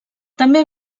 també